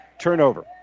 turnover